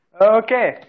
Okay